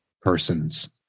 persons